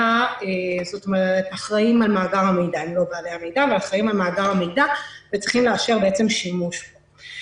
שהם אחראים על מאגר המידע וצריכים לאשר שימוש בו.